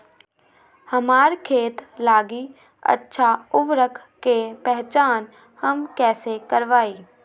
हमार खेत लागी अच्छा उर्वरक के पहचान हम कैसे करवाई?